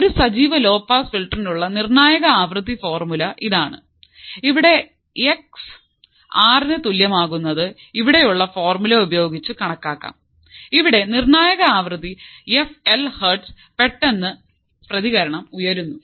ഒരു സജീവ ലോപാസ് ഫിൽട്ടറിനുള്ള നിർണായക ആവൃത്തി ഫോർമുല ഇതാണ് ഇവിടെ എക്സ് ആർ ന് തുല്യമാകുന്നത് ഇവിടെയുള്ള ഫോർമുല ഉപയോഗിച്ച് കണക്കാക്കാം ഇവിടെ നിർണായക ആവൃത്തി എഫ് എൽ ഹേർട്സിൽ പെട്ടെന്ന് പ്രതികരണം ഉയരുന്നു